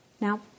Now